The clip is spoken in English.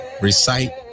recite